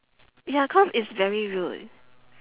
ya cause it's very rude